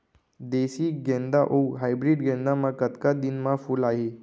देसी गेंदा अऊ हाइब्रिड गेंदा म कतका दिन म फूल आही?